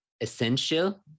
essential